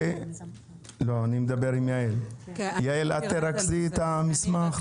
את תרכזי את המסמך?